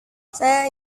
saya